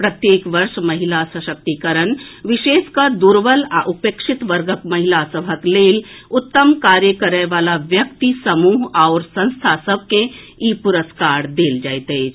प्रत्येक वर्ष महिला सशक्तिकरण विशेष कऽ दुर्बल आ उपेक्षित वर्गक महिला सभक लेल उत्तम कार्य करए वला व्यक्ति समूह आओर संस्था सभ के ई पुरस्कार देल जाइत अछि